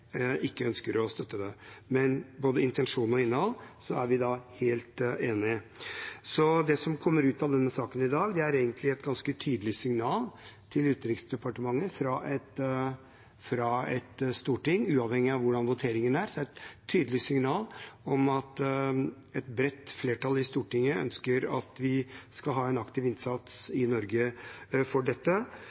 ikke ønsker å støtte dette. Men i både intensjon og innhold er vi helt enige. Så det som kommer ut av denne saken i dag, er egentlig et ganske tydelig signal til Utenriksdepartementet fra Stortinget – uavhengig av hvordan voteringen blir – om at et bredt flertall i Stortinget ønsker at vi skal ha en aktiv innsats i Norge for dette.